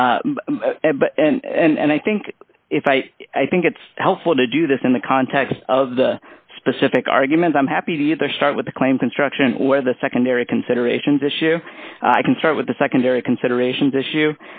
case and i think if i i think it's helpful to do this in the context of the specific argument i'm happy to either start with the claim construction or the secondary considerations issue i can start with the secondary considerations issue